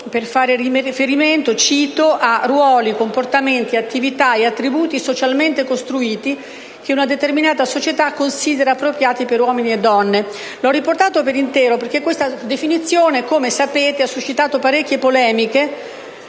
per fare riferimento - cito - a «ruoli, comportamenti, attività e attributi socialmente costruiti che una determinata società considera appropriati per donne e uomini ». Ho riportato la citazione per intero perché questa definizione, come sapete, ha suscitato parecchie polemiche,